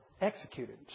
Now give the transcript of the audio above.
executed